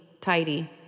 tidy